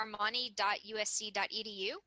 armani.usc.edu